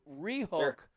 rehook